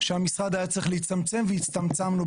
שהמשרד היה צריך להצטמצם והצטמצמנו בהרבה מאוד דברים.